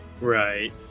Right